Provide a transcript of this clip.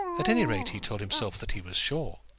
at any rate he told himself that he was sure.